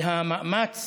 המאמץ